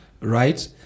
right